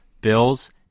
Bills